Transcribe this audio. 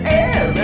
air